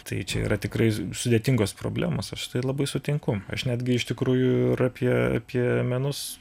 tai čia yra tikrai sudėtingos problemos aš tai labai sutinku aš netgi iš tikrųjų ir apie apie menus